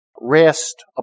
rest